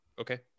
okay